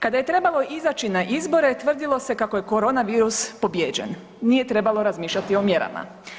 Kada je trebalo izaći na izbore tvrdilo se kako je korona virus pobijeđen, nije trebalo razmišljati o mjerama.